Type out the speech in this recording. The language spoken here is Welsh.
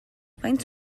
faint